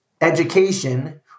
education